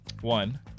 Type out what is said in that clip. one